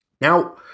Now